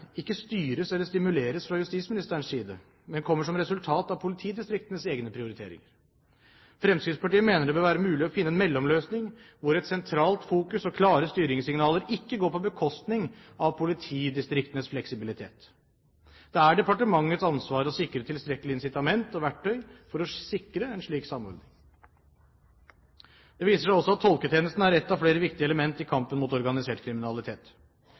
ikke styres eller stimuleres fra justisministerens side, men kommer som resultat av politidistriktenes egne prioriteringer. Fremskrittspartiet mener det bør være mulig å finne en mellomløsning hvor et sentralt fokus og klare styringssignaler ikke går på bekostning av politidistriktenes fleksibilitet. Det er departementets ansvar å sikre tilstrekkelige incitamenter og verktøy for å sikre en slik samordning. Det viser seg også at tolketjenesten er ett av flere viktige elementer i kampen mot organisert kriminalitet.